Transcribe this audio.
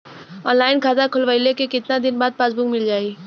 Online खाता खोलवईले के कितना दिन बाद पासबुक मील जाई?